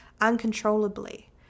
uncontrollably